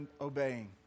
obeying